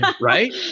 right